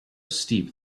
steep